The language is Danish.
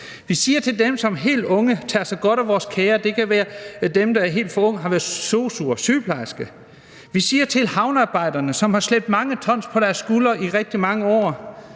Vi siger det til dem, der som helt unge tager sig godt af vores kære, det kan være dem, der helt fra unge har været sosu'er, sygeplejersker, og vi siger til havnearbejderne, som har slæbt mange ton på deres skuldre i rigtig mange år,